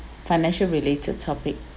financial related topic